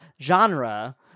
genre